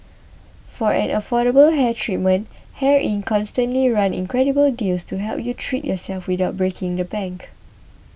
for an affordable hair treatment Hair Inc constantly run incredible deals to help you treat yourself without breaking the bank